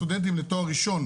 סטודנטים לתואר ראשון,